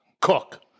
cook